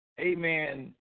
amen